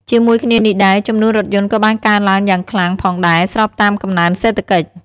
ជាមួយគ្នានេះដែរ ចំនួនរថយន្តក៏បានកើនឡើងយ៉ាងខ្លាំងផងដែរស្របតាមកំណើនសេដ្ឋកិច្ច។